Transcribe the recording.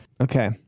Okay